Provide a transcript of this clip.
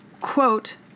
quote